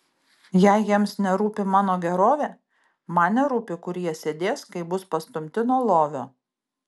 jei jiems nerūpi mano gerovė man nerūpi kur jie sėdės kai bus pastumti nuo lovio